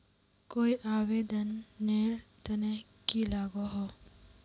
कोई आवेदन नेर तने की लागोहो?